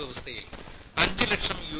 വ്യവസ്ഥയിൽ അഞ്ച് ലക്ഷം യു